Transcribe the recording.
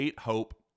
Hope